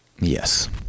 Yes